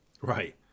Right